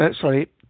sorry